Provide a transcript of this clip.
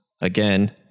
Again